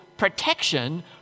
protection